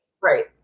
Right